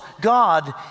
God